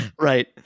Right